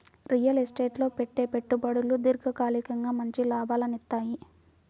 real estate లో పెట్టే పెట్టుబడులు దీర్ఘకాలికంగా మంచి లాభాలనిత్తయ్యి